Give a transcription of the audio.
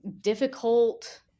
difficult